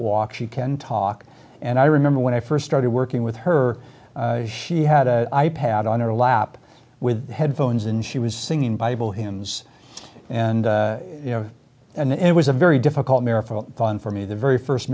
walk she can talk and i remember when i first started working with her she had a i pad on her lap with headphones and she was singing bible hymns and you know and it was a very difficult fun for me the very first